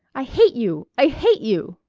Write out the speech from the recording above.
i hate you! i hate you!